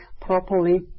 properly